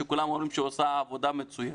שכולם אומרים שהיא עושה עבודה מצוינת.